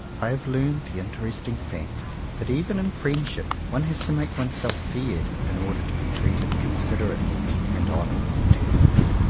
i have learned the interesting fact that even in friendship one has to make oneself feared in order to be treated considerately and on equal terms.